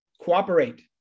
cooperate